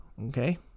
okay